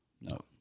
No